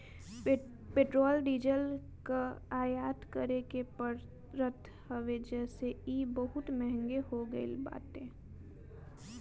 petrol diesel कअ आयात करे के पड़त हवे जेसे इ बहुते महंग हो गईल बाटे